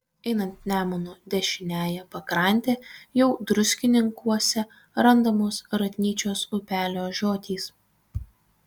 einant nemuno dešiniąja pakrante jau druskininkuose randamos ratnyčios upelio žiotys